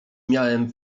miałem